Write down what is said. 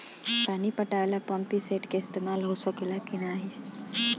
पानी पटावे ल पामपी सेट के ईसतमाल हो सकेला कि ना?